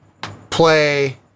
play